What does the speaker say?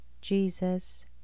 Jesus